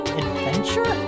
adventure